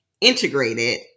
integrated